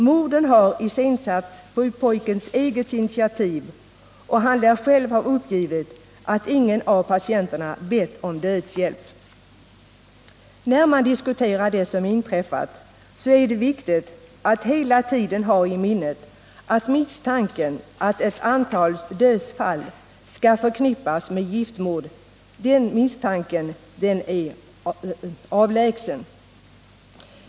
Morden har iscensatts på pojkens eget initiativ, och han lär själv ha uppgivit att ingen av patienterna bett om dödshjälp. När man diskuterar det som inträffat är det viktigt att hela tiden ha i minnet att misstanken att ett antal dödsfall skall förknippas med giftmord är oerhört avlägsen.